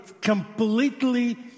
completely